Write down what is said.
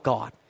God